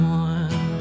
one